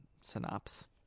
synopsis